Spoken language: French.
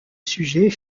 sujet